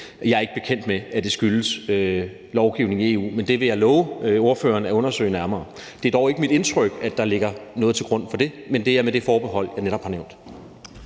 Jeg er ikke bekendt med, at det skyldes lovgivning i EU, men det vil jeg love ordføreren at undersøge nærmere. Det er dog ikke mit indtryk, at der ligger noget til grund for det – men det er med det forbehold, jeg netop har nævnt.